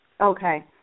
Okay